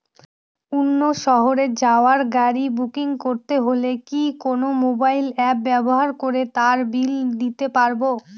অন্য শহরে যাওয়ার গাড়ী বুকিং করতে হলে কি কোনো মোবাইল অ্যাপ ব্যবহার করে তার বিল দিতে পারব?